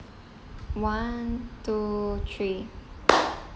one two three